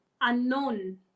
unknown